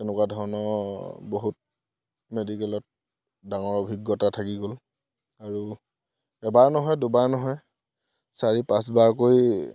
তেনেকুৱা ধৰণৰ বহুত মেডিকেলত ডাঙৰ অভিজ্ঞতা থাকি গ'ল আৰু এবাৰ নহয় দুবাৰ নহয় চাৰি পাঁচবাৰকৈ